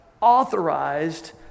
authorized